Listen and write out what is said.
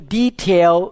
detail